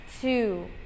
two